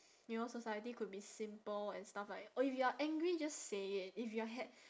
you know society could be simple and stuff like or if you are angry just say it if you're hap~